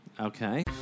Okay